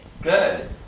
Good